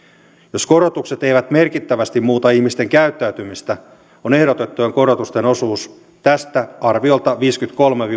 jos korotukset eivät merkittävästi muuta ihmisten käyttäytymistä on ehdotettujen korotusten osuus tästä arviolta viisikymmentäkolme